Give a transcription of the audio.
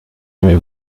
aimez